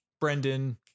brendan